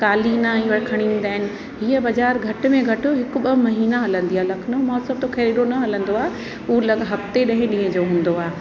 कालीनां ही वारी खणी ईंदा आहिनि हीअ बाज़ारि घट में घटि हिक ॿ महीना हलंदी आहे लखनऊ महोत्सवु त खैर एॾो न हलंदो आहे उ लॻ हफ़्ते ॾहें ॾींह जो हूंदो आहे